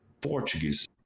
Portuguese